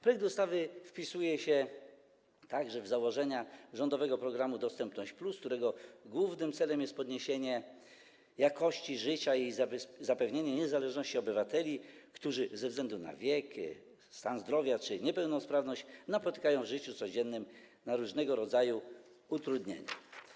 Projekt ustawy wpisuje się także w założenia rządowego programu „Dostępność+”, którego głównym celem jest podniesienie jakości życia i zapewnienie niezależności obywateli, którzy ze względu na wiek, stan zdrowia czy niepełnosprawność napotykają w życiu codziennym różnego rodzaju utrudnienia.